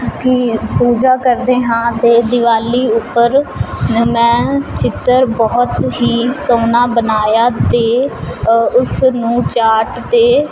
ਕੀ ਪੂਜਾ ਕਰਦੇ ਹਾਂ ਅਤੇ ਦੀਵਾਲੀ ਉੱਪਰ ਮੈਂ ਚਿੱਤਰ ਬਹੁਤ ਹੀ ਸੋਹਣਾ ਬਣਾਇਆ ਅਤੇ ਉਸ ਨੂੰ ਚਾਟ 'ਤੇ